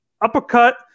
uppercut